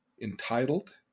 entitled